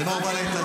למה הוא בא להתנגד?